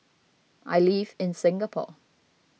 I live in Singapore